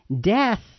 Death